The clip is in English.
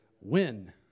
win